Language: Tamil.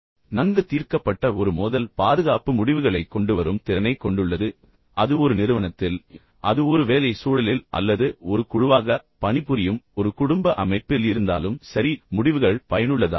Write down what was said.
நன்கு தீர்க்கப்பட்ட ஒரு மோதல் பாதுகாப்பு முடிவுகளைக் கொண்டுவரும் திறனைக் கொண்டுள்ளது என்பதை முதலில் புரிந்து கொள்ளுங்கள் அது ஒரு நிறுவனத்தில் இருந்தாலும் சரி அது ஒரு வேலை சூழலில் இருந்தாலும் சரி அல்லது ஒரு குழுவாக பணிபுரியும் ஒரு குடும்ப அமைப்பில் இருந்தாலும் சரி முடிவுகள் பயனுள்ளதாக இருக்கும்